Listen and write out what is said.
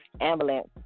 Ambulance